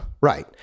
right